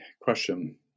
question